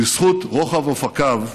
בזכות רוחב אופקיו,